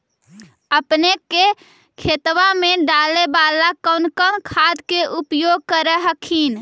अपने के खेतबा मे डाले बाला कौन कौन खाद के उपयोग कर हखिन?